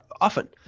often